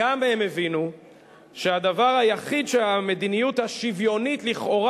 גם הם הבינו שהדבר היחיד שהמדיניות השוויונית-לכאורה